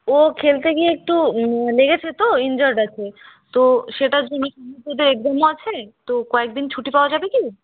ও খেলতে গিয়ে একটু লেগেছে তো ইনজিয়োর্ড আছে তো সেটার জন্যে এক্সামও আছে তো কয়েকদিন ছুটি পাওয়া যাবে কি